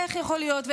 ואיך יכול להיות,